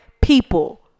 people